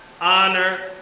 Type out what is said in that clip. Honor